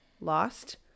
lost